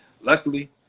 luckily